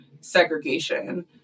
segregation